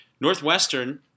Northwestern